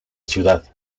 ciudad